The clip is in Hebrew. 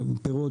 פירות,